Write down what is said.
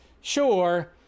Sure